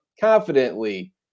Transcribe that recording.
confidently